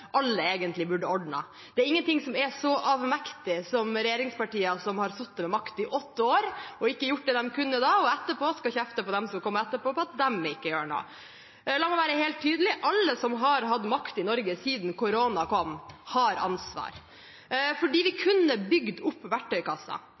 alle egentlig burde ha ordnet. Det er ingen ting som er så avmektig som regjeringspartier som har sittet med makt i åtte år og ikke har gjort det de kunne, og som etterpå kjefter på dem som kommer etter for at de ikke gjør noe. La meg være helt tydelig: Alle som har hatt makt i Norge siden korona kom, har ansvar. Vi kunne fylt opp verktøykassa, for vi